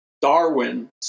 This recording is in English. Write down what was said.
Darwin